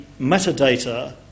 metadata